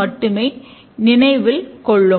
மட்டுமே நினைவில் கொள்ளும்